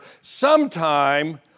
sometime